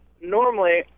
Normally